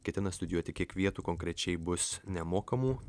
ketina studijuoti kiek vietų konkrečiai bus nemokamų